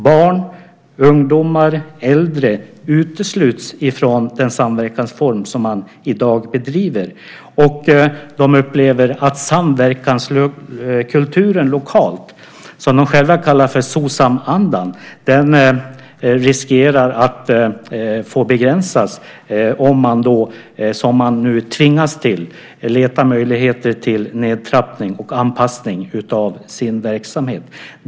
Barn, ungdomar och äldre utesluts från den samverkansform som man i dag bedriver. De upplever också att samverkanskulturen lokalt, som de själva kallar för Socsamandan, riskerar att begränsas om man, som man nu tvingas till, måste leta möjligheter till nedtrappning och anpassning av sin verksamhet.